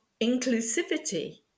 inclusivity